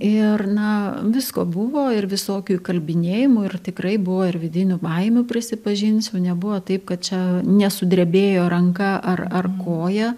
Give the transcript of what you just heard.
ir na visko buvo ir visokių įkalbinėjimų ir tikrai buvo ir vidinių baimių prisipažinsiu nebuvo taip kad čia nesudrebėjo ranka ar ar koja